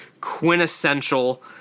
quintessential